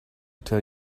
tell